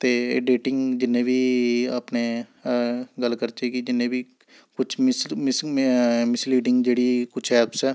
ते डेटिंग जिन्ने बी अपने गल्ल करचै कि जिन्ने बी कुछ मिस मिस मिसलीडिंग जेह्ड़ी कुछ ऐप्स ऐ